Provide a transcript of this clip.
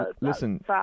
listen